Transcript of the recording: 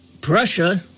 Prussia